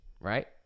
right